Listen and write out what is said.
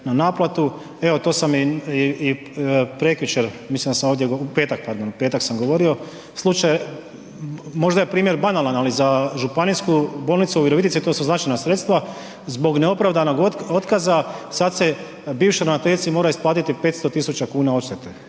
na naplatu. Evo to sam i prekjučer, mislim da sam ovdje u petak, pardon, u petak sam govorio slučaj, možda je primjer banalan, ali Županijsku bolnicu u Virovitici to su značajna sredstva zbog neopravdanog otkaza sada se bivšoj ravnateljici mora isplatiti 500.000 kuna odštete,